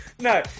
No